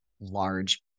large